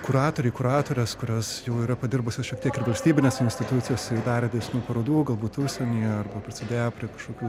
kuratoriai kuratorės kurios jau yra padirbusios šiek tiek ir valstybinėse institucijose ir dar didesnių parodų galbūt užsienyje arba prisidėjo prie kažkokių